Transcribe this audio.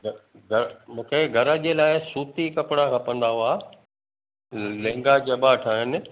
घ घर मूंखे घर जे लाइ सूती कपिड़ा खपंदा हुआ लिंगा जबा ठहनि